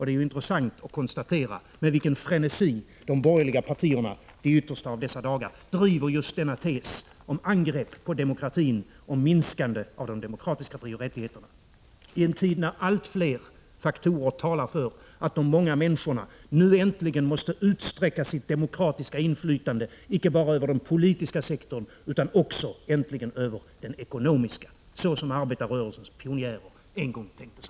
Det är intressant att konstatera med vilken frenesi de borgerliga partierna i de yttersta av dessa dagar driver just denna tes, som innebär ett angrepp på demokratin och ett minskande av de demokratiska frioch rättigheterna, detta i en tid då allt fler faktorer talar för att de många människorna nu äntligen måste utsträcka sitt demokratiska inflytande icke bara över den politiska sektorn utan också, äntligen, över den ekonomiska — såsom arbetarrörelsens pionjärer en gång tänkte.